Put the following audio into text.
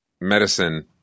medicine